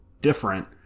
different